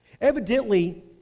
Evidently